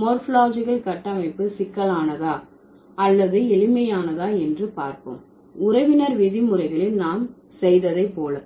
morphological கட்டமைப்பு சிக்கலானதா அல்லது எளிமையானதா என்று பார்ப்போம் உறவினர் விதி முறைகளில் நாம் செய்ததை போல